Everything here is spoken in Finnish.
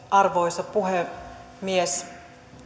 arvoisa puhemies